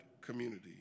community